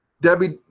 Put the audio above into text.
debbie,